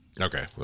Okay